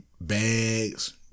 bags